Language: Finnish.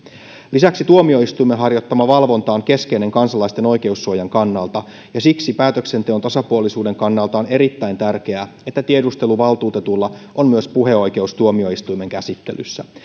lisäksi tuomioistuimen harjoittama valvonta on keskeinen kansalaisten oikeussuojan kannalta ja siksi päätöksenteon tasapuolisuuden kannalta on erittäin tärkeää että tiedusteluvaltuutetulla on myös puheoikeus tuomioistuimen käsittelyssä